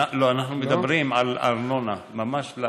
לא, אנחנו מדברים על ארנונה, ממש לארנונה,